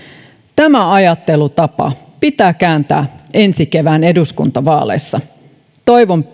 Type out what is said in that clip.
tämä ajattelutapa pitää kääntää ensi kevään eduskuntavaaleissa toivon